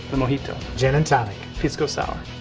the mojito. gin and tonic. pisco sour.